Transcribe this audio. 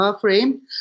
frame